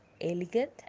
elegant